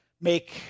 make